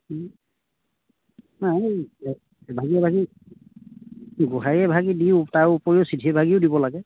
নাই এভাগি এভাগি গোহাৰি এভাগি দিওঁ তাৰ উপৰিও চিঠি এভাগিও দিব লাগে